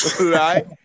right